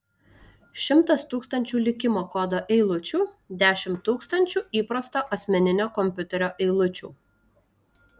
šimtas tūkstančių likimo kodo eilučių dešimt tūkstančių įprasto asmeninio kompiuterio eilučių